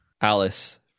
Alice